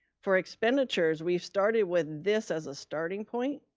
for expenditures, we've started with this as a starting point.